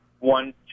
One